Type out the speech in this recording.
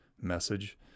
message